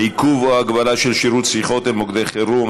עיכוב או הגבלה של שירות שיחות אל מוקדי חירום),